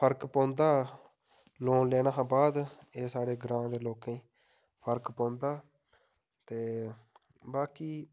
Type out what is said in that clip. फर्क पौंदा लोन लैना हा बाद एह् साढ़े ग्रांऽ दे लोकें गी फर्क पौंदा ते बाकी